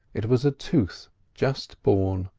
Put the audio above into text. it was a tooth just born.